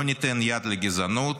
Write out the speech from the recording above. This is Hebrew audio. לא ניתן יד לגזענות,